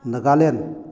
Nagaland